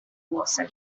głosem